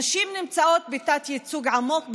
נשים נמצאות בתת-ייצוג עמוק בממשלה,